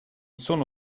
sono